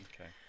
Okay